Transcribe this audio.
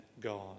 God